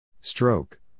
Stroke